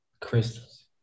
Crystals